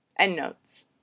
Endnotes